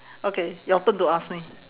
okay your turn to ask me